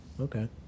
Okay